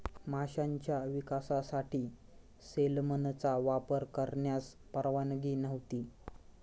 माशांच्या विकासासाठी सेलमनचा वापर करण्यास परवानगी नव्हती